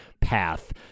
path